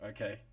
Okay